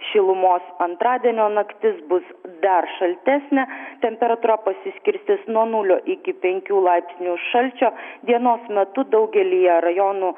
šilumos antradienio naktis bus dar šaltesnė temperatūra pasiskirstys nuo nulio iki penkių laipsnių šalčio dienos metu daugelyje rajonų